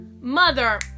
Mother